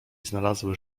znalazły